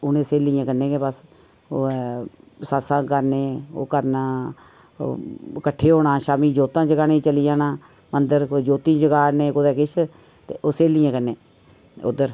उनें स्हेलियें कन्नै गै बस ओह् ऐ सतसंग करने ओह् करना कट्ठे होना शामीं ज्याोतां जगाने गी चली जाना मंदर ज्योती जगा ने कुतै किश ते ओह् स्हेलियें कन्नै उद्धर